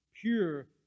pure